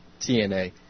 TNA